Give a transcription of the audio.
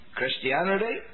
Christianity